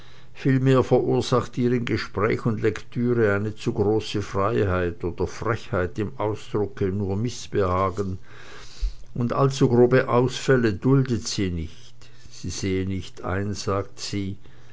vielmehr verursacht ihr in gespräch und lektüre eine zu große freiheit oder frechheit im ausdrucke nur mißbehagen und allzu grobe ausfälle duldet sie nicht sie sehe nicht ein sagt sie